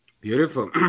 Beautiful